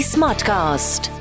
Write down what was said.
Smartcast